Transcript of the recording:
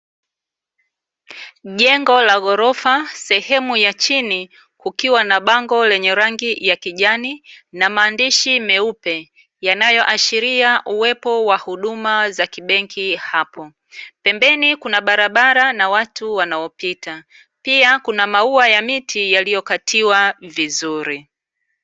Jengo la gorofa, sehemu ya chini kukiwa na bango lenye rangi ya kijani na maandishi meupe, yanayoashiria uwepo wa huduma za kibenki hapo, pembeni kuna barabara na watu wanaopita, pia kuna maua ya miti yaliyokatiwa vizuri.